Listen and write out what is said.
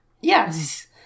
Yes